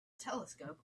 telescope